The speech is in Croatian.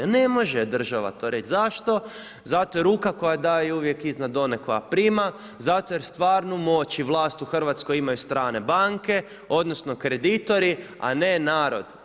Ne može države to reći, zašto, zato jer ruka koja daje uvijek iznad one koja prima, zato jer stvarnu moć i vlast u Hrvatskoj imaju strane banke odnosno kreditori a ne narod.